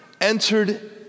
entered